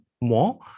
more